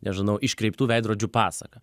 nežinau iškreiptų veidrodžių pasaka